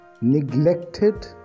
neglected